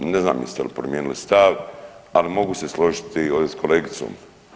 Ne znam jeste li promijenili stav, ali mogu se složiti ovdje s kolegicom.